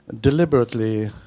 deliberately